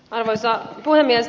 arvoisa puhemies